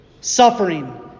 suffering